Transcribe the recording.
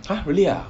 !huh! really ah